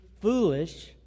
foolish